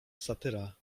satyra